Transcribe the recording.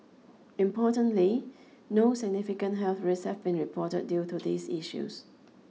importantly no significant health risks have been reported due to these issues